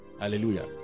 hallelujah